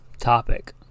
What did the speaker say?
topic